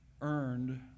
earned